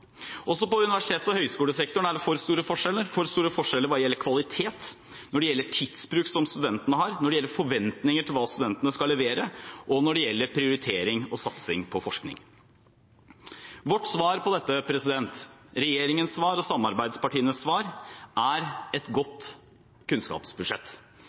Også i universitets- og høyskolesektoren er det for store forskjeller, for store forskjeller hva gjelder kvalitet, når det gjelder studentens tidsbruk, når det gjelder forventninger til hva studentene skal levere, og når det gjelder prioritering og satsing på forskning. Vårt svar på dette – regjeringens svar og samarbeidspartienes svar – er «et godt kunnskapsbudsjett».